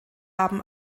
haben